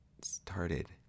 started